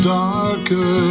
darker